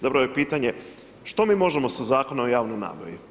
Dobro je pitanje što mi možemo sa Zakonom o javnoj nabavi.